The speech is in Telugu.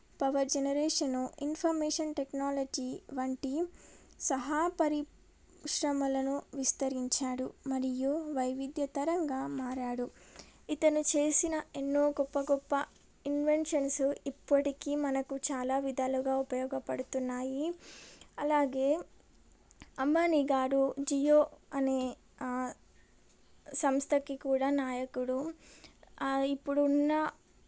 పవర్ జనరేషను ఇన్ఫర్మేషన్ టెక్నాలజీ వంటి సహా పరి శ్రమలను విస్తరించాడు మరియు వైవిధ్య తరంగా మారాడు ఇతను చేసిన ఎన్నో గొప్ప గొప్ప ఇన్వెన్షన్సు ఇప్పటికీ మనకు చాలా విధాలుగా ఉపయోగపడుతున్నాయి అలాగే అంబానీ గారు జియో అనే సంస్థకి కూడా నాయకుడు ఇప్పుడున్న